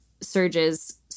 surges